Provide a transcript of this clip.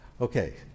Okay